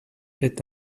est